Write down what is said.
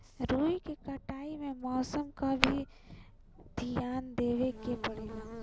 रुई के कटाई में मौसम क भी धियान देवे के पड़ेला